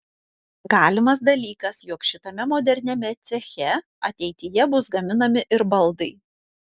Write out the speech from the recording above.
galimas dalykas jog šitame moderniame ceche ateityje bus gaminami ir baldai